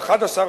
או 11,